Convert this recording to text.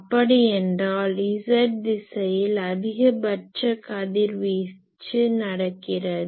அப்படியென்றால் z திசையில் அதிகபட்ச கதிர்வீச்சு நடக்கிறது